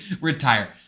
Retire